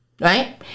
right